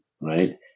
right